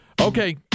Okay